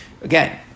Again